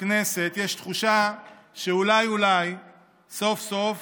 בכנסת יש תחושה שאולי אולי סוף-סוף